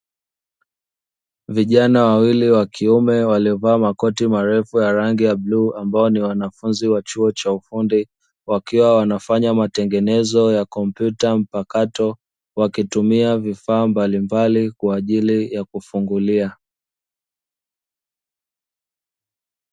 Vijana wawili wa kiume waliovaa makoti marefu ya rangi ya bluu, ambao ni wanafunzi wa chuo cha ufundi, wakiwa wanafanya matengenezo ya kompyuta mpakato wakitumia vifaa mbalimbali kwa ajili ya kufungulia.